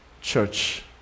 church